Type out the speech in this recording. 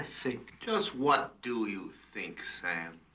ah think just what do you think sam?